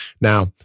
Now